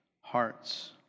hearts